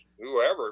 whoever